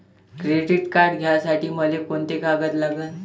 Credit card घ्यासाठी मले कोंते कागद लागन?